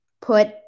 put